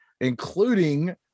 including